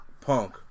Punk